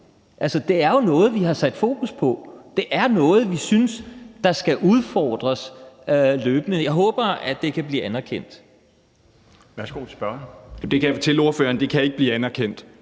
Det er jo noget, vi har sat fokus på; det er noget, vi synes skal udfordres løbende. Jeg håber, at det kan blive anerkendt.